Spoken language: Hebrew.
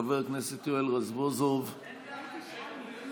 חבר הכנסת יואל רזבוזוב, איננו.